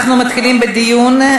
אנחנו מתחילים בדיון.